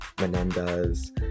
Menendez